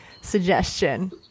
suggestion